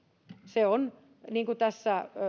se on niin kuin